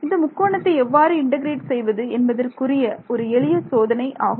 இந்த முக்கோணத்தை எவ்வாறு இன்டெகிரேட் செய்வது என்பதற்குரிய ஒரு எளிய சோதனை ஆகும்